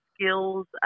skills